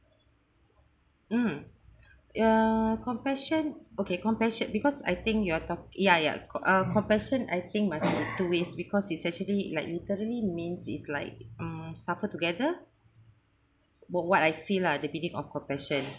mm ya compassion okay compassion because I think you're talk ya ya co~ uh compassion I think must be two ways because it's actually like literally means is like mm suffer together what what I feel lah the meaning of compassion